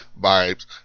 Vibes